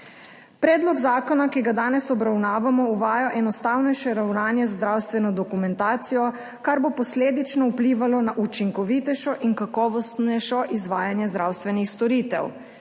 Predlog zakona, ki ga danes obravnavamo, uvaja enostavnejše ravnanje z zdravstveno dokumentacijo, kar bo posledično vplivalo na učinkovitejšo in kakovostnejšo izvajanje zdravstvenih storitev.